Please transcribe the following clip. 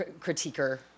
critiquer